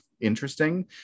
interesting